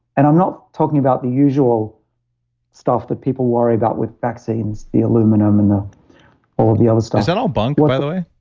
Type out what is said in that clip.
and i'm not talking about the usual stuff that people worry about with vaccines the aluminum and all of the other stuff is that all bunk by the way?